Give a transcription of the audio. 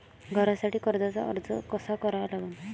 घरासाठी कर्जाचा अर्ज कसा करा लागन?